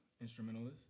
instrumentalist